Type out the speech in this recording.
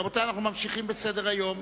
רבותי, אנחנו ממשיכים בסדר-היום.